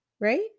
right